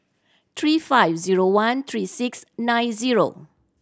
three five zero one three six nine zero